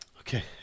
Okay